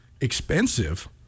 expensive